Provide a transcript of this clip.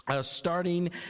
starting